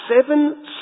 seven